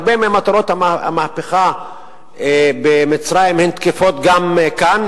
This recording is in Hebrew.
הרבה ממטרות המהפכה במצרים תקפות גם לכאן,